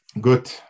Good